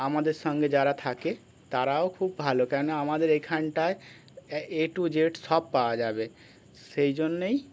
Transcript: আমাদের সঙ্গে যারা থাকে তারাও খুব ভালো কেননা আমাদের এখানটায় এ টু জেড সব পাওয়া যাবে সেই জন্যেই